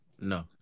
No